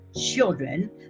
children